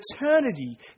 eternity